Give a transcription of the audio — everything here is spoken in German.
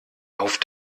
auf